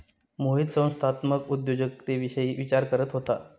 मोहित संस्थात्मक उद्योजकतेविषयी विचार करत होता